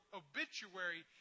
obituary